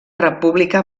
república